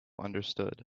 understood